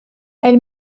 elle